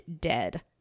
dead